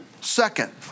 Second